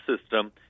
system